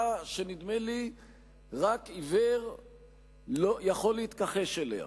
שנדמה לי שרק עיוור יכול להתכחש אליה,